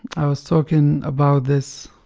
i was talking about this